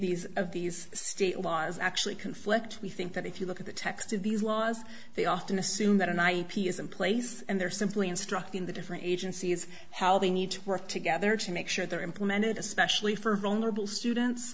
these of these state laws actually conflict we think that if you look at the text of these laws they often assume that an ip is in place and they're simply instructing the different agencies how they need to work together to make sure they're implemented especially for